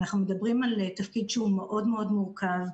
אנחנו מדברים על תפקיד שהוא מאוד מאוד מורכב,